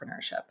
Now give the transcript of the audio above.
entrepreneurship